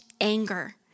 anger